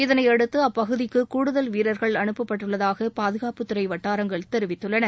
இதளையடுத்து அப்பகுதிக்கு கூடுதல் வீரர்கள் அனுப்பப்பட்டுள்ளதாக பாதுகாப்புத்துறை வட்டாரங்கள் தெரிவித்துள்ளன